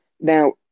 Now